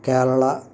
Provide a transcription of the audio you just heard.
Kerala